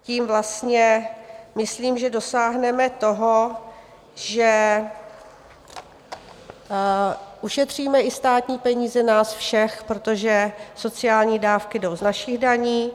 Tím vlastně myslím, že dosáhneme toho, že ušetříme i státní peníze nás všech, protože sociální dávky jdou z našich daní.